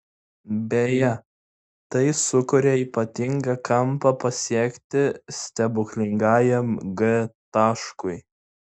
beje tai sukuria ypatingą kampą pasiekti stebuklingajam g taškui